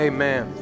Amen